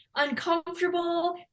uncomfortable